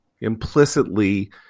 implicitly